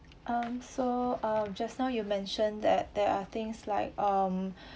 um so um just now you mention that there are things like um